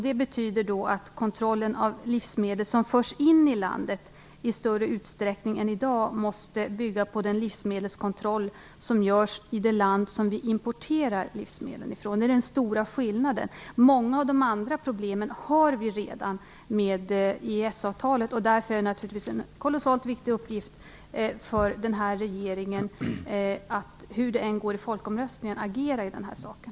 Det betyder att kontrollen av livsmedel som förs in i landet i större utsträckning än som i dag är fallet måste bygga på den livsmedelskontroll som görs i det land som vi importerar livsmedlen från. Många av de andra problemen har vi redan med EES-avtalet. Därför är det naturligtvis en kolossalt viktig uppgift för den här regeringen att - hur det än går i folkomröstningen - agera i den här sakfrågan.